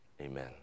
Amen